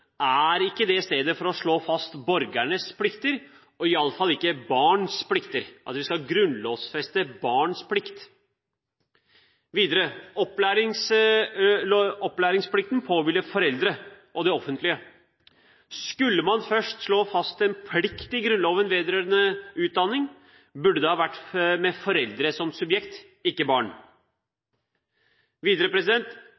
er ikke stedet for å slå fast borgernes plikter, iallfall ikke barns plikter – å grunnlovfeste barns plikter. Videre: Opplæringsplikten påhviler foreldre og det offentlige. Skulle man først slå fast en plikt i Grunnloven vedrørende utdanning, burde det vært med foreldre som subjekt og ikke